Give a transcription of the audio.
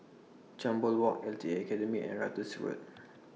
Jambol Walk L T A Academy and Ratus Road